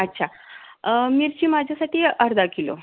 अच्छा मिरची माझ्यासाठी अर्धा किलो